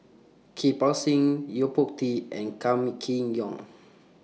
Kirpal Singh Yo Po Tee and Kam Kee Yong